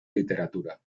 literatura